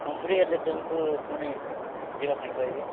ମୁଁ ଫ୍ରୀ ହେଲେ ହେଲେ ତୁମକୁ ପୁଣି ଯିବା ପାଇଁ କହିବି